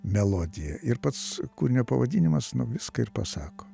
melodija ir pats kūrinio pavadinimas nu jis ir pasako